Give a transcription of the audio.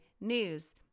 news